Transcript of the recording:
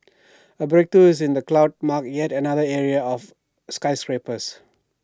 A breakthrough is in the cloud mark yet another era of skyscrapers